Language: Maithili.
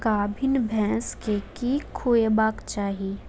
गाभीन भैंस केँ की खुएबाक चाहि?